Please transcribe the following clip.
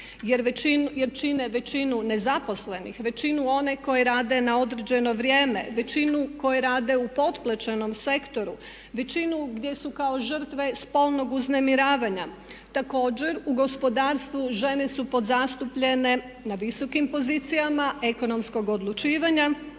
jer čine većinu nezaposlenih, većinu onih koji rade na određene vrijeme, većinu koje rade u potplaćenom sektoru, većinu gdje su kao žrtve spolnog uznemiravanja. Također, u gospodarstvu žene su podzastupljene na visokim pozicijama ekonomskog odlučivanja,